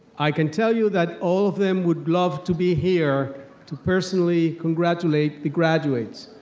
i can tell you that all of them would love to be here to personally congratulate the graduates,